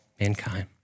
mankind